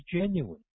genuine